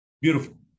beautiful